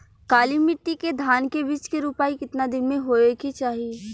काली मिट्टी के धान के बिज के रूपाई कितना दिन मे होवे के चाही?